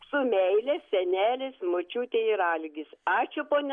su meile senelis močiutė ir algis ačiū ponia